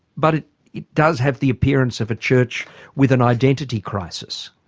but it it does have the appearance of a church with an identity crisis.